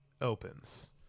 opens